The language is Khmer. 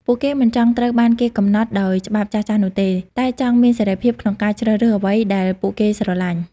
ពួកគេមិនចង់ត្រូវបានគេកំណត់ដោយច្បាប់ចាស់ៗនោះទេ តែចង់មានសេរីភាពក្នុងការជ្រើសរើសអ្វីដែលពួកគេស្រលាញ់។